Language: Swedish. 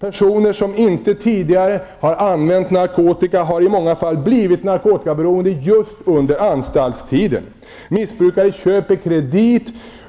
Personer som inte tidigare har använt narkotika har i många fall blivit narkotikaberoende under anstaltstiden. Missbrukare köper